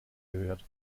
gehört